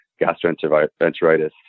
gastroenteritis